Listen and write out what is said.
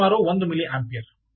ಸರಿಸುಮಾರು 1 milli ampere